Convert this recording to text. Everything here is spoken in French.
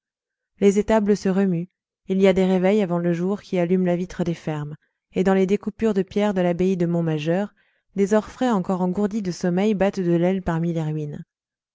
les étables se remuent il y a des réveils avant le jour qui allument la vitre des fermes et dans les découpures de pierre de l'abbaye de montmajour des orfraies encore engourdies de sommeil battent de l'aile parmi les ruines